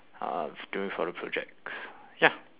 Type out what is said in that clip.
uh doing for the projects ya